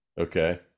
Okay